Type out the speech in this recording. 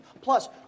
Plus